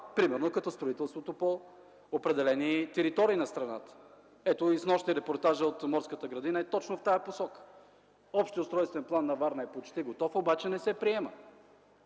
примерно като строителството в определени територии на страната. Ето, и снощи репортажът от Морската градина е точно в тази посока – общият устройствен план на Варна е почти готов, обаче не се приема,